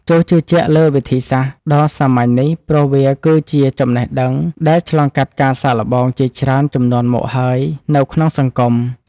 ចូរជឿជាក់លើវិធីសាស្ត្រដ៏សាមញ្ញនេះព្រោះវាគឺជាចំណេះដឹងដែលឆ្លងកាត់ការសាកល្បងជាច្រើនជំនាន់មកហើយនៅក្នុងសង្គម។